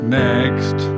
next